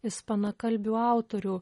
ispanakalbių autorių